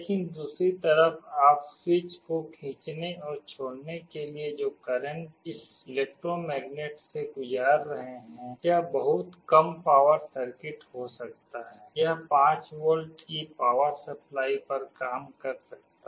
लेकिन दूसरी तरफ आप स्विच को खींचने और छोड़ने के लिए जो करंट इस इलेक्ट्रोमैग्नेट से गुजार रहे हैं यह बहुत कम पावर सर्किट हो सकता है यह 5 वोल्ट की पावर सप्लाई पर काम कर सकता है